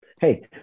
Hey